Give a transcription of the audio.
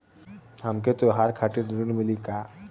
हमके त्योहार खातिर ऋण मिली का?